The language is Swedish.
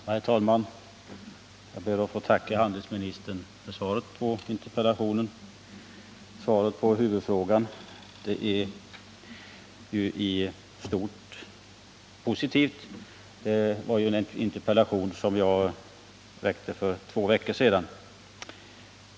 Herr talman! Jag ber att få tacka handelsministern för svaret på interpellationen. Svaret på huvudfrågan är ju i stort positivt. Det gäller en interpellation som jag väckte för två veckor sedan.